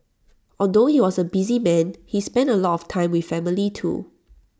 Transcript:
although he was A busy man he spent A lot of time with family too